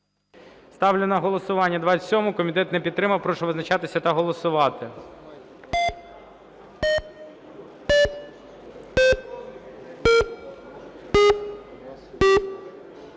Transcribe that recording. Ставлю на голосування 32-у. Комітет не підтримав. Прошу визначатися та голосувати.